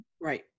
right